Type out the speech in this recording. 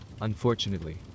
Unfortunately